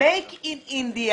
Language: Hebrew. "מיוצר בהודו".